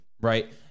right